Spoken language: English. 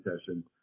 session